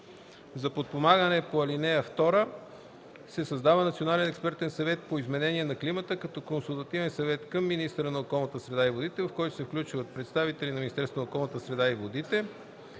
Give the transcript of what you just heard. на дейността по ал. 2 се създава Национален експертен съвет по изменение на климата като консултативен орган към министъра на околната среда и водите, в който се включват представители на Министерството на околната среда и водите